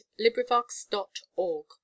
LibriVox.org